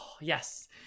yes